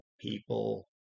people